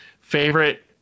favorite